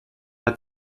att